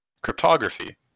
cryptography